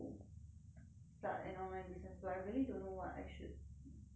start an online business but I really don't know what I should like sell you know